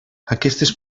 aquestes